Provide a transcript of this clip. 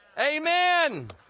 Amen